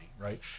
right